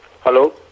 Hello